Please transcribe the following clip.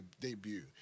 debut